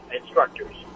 instructors